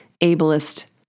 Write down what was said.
ableist